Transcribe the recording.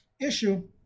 issue